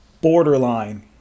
borderline